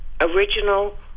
original